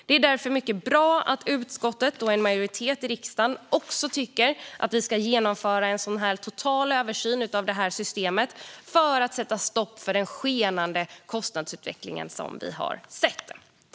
Det är därför mycket bra att utskottet och en majoritet i riksdagen också tycker att vi ska genomföra en sådan här total översyn av detta system för att sätta stopp för den skenande kostnadsutveckling som vi har sett.